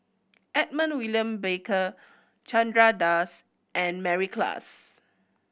Edmund William Barker Chandra Das and Mary Klass